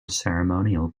ceremonial